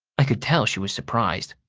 i could tell she was surprised.